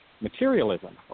materialism